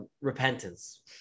repentance